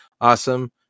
awesome